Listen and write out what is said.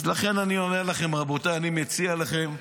לכן אני אומר לכם, רבותיי, אני מציע לכם,